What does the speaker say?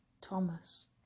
Thomas